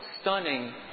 stunning